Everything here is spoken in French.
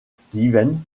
stevens